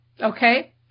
Okay